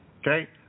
okay